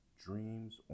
dreams